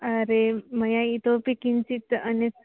अरे मया इतोपि किञ्चित् अन्यत्